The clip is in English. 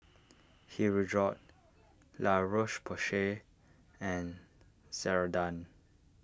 Hirudoid La Roche Porsay and Ceradan